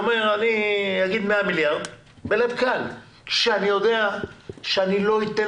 אומר: "אני אגיד 100 מיליארד כשאני יודע שלא אתן